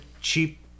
cheap